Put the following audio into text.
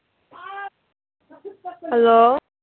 hello